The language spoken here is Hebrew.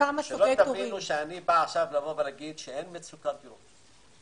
שלא תבינו שאני אומר שאין מצוקת דיור.